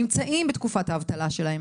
שנמצאים בתקופת האבטלה שלהם